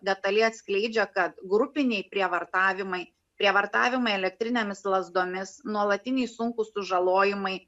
detaliai atskleidžia kad grupiniai prievartavimai prievartavimai elektrinėmis lazdomis nuolatiniai sunkūs sužalojimai